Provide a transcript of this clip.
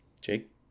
Jake